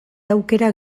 aukera